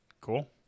Cool